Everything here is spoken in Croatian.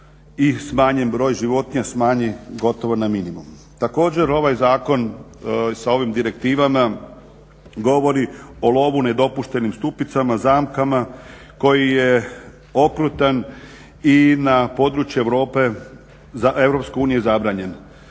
i smanjen broj životinja smanji gotovo na minimum. Također, ovaj zakon i sa ovim direktivama govori o lovu, ne dopuštenim stupicama, zamkama koji je okrutan i na područje Europe, EU je zabranjen.